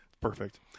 Perfect